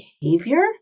behavior